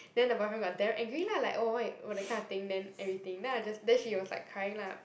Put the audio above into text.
then the boyfriend got damn angry lah like oh why that kind of thing and everything then I just then she was like crying lah